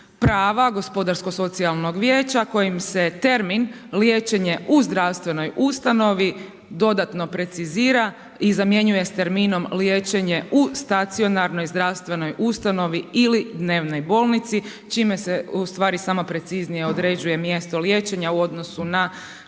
prava gospodarskog-socijalnog vijeća kojim se termin „liječenje u zdravstvenoj ustanovi“ dodatno precizira i zamjenjuje s terminom „liječenje u stacionarnoj zdravstvenoj ustanovi ili dnevnoj bolnici“ čime se ustvari sama preciznije određuje mjesto liječenja u odnosu na